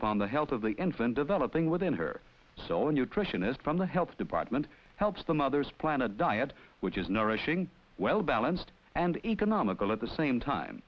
upon the health of the infant developing within her soul a nutritionist from the health department helps the mothers plan a diet which is nourishing well balanced and economical at the same time